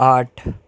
آٹھ